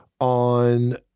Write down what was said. on